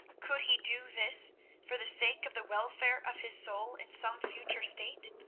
could he do this for the sake of the welfare of his soul in some future state?